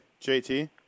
JT